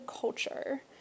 culture